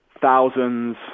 thousands